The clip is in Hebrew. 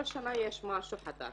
כל שנה יש משהו חדש.